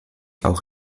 auch